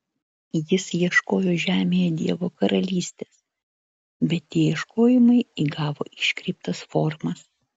jis ieškojo žemėje dievo karalystės bet tie ieškojimai įgavo iškreiptas formas